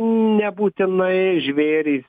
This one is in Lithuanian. nebūtinai žvėrys